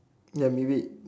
ya maybe